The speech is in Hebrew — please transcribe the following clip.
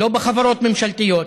לא בחברות ממשלתיות.